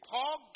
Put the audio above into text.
Paul